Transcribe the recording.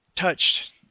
touched